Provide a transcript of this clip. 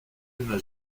n’a